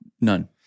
none